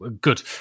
Good